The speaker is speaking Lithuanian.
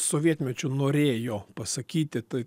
sovietmečiu norėjo pasakyti tai